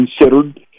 considered